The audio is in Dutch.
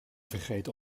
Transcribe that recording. vergeten